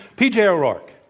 pj o'rourke.